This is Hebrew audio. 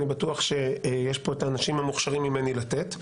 אני בטוח שיש פה את האנשים המוכשרים ממני לתת,